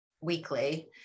weekly